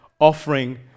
offering